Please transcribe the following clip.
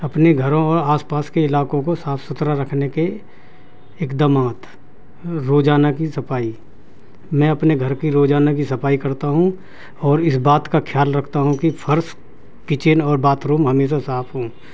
اپنے گھروں اور آس پاس کے علاقوں کو صاف ستھرا رکھنے کے اقدامات روزانہ کی صفائی میں اپنے گھر کی روزانہ کی صفائی کرتا ہوں اور اس بات کا خیال رکھتا ہوں کہ فرش کچن اور باتھ روم ہمیشہ صاف ہوں